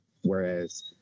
Whereas